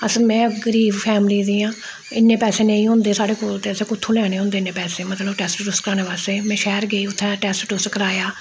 अस में गरीब फैमली दी आं इन्नै पैसे नेईं होंदे साढ़े कोल ते असें कुत्थूं लैने होंदे इन्नै पैसे मतलब टैस्ट टूस्ट कराने वास्तै में शैह्र गेई उत्थै टैस्ट टूस्ट कराया